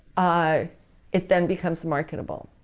ah it then becomes marketable.